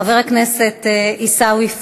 חבר הכנסת עיסאווי פריג'.